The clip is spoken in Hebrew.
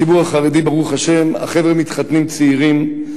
הציבור החרדי, ברוך השם, החבר'ה מתחתנים צעירים,